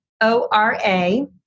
O-R-A